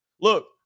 Look